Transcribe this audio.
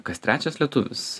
kas trečias lietuvis